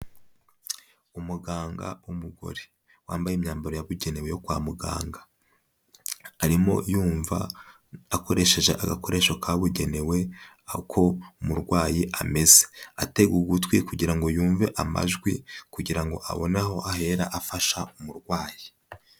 Umuganga w' umugore wambaye imyambaro yabugenewe yo kwa muganga, arimo yumva akoresheje agakoresho kabugenewe, uko umurwayi ameze atega ugutwi kugira ngo yumve amajwi, kugira ngo abone aho ahera afasha umurwayi.